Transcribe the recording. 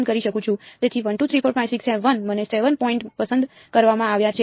તેથી 1 2 3 4 5 6 7 મને 7 પોઈન્ટ પસંદ કરવામાં આવ્યા છે